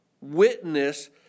witness